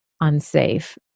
unsafe